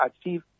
achieve